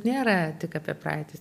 nėra tik apie praeitį